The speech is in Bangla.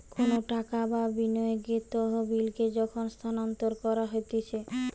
কোনো টাকা বা বিনিয়োগের তহবিলকে যখন স্থানান্তর করা হতিছে